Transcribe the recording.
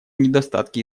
недостатки